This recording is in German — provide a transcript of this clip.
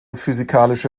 physikalische